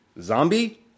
zombie